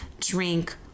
drink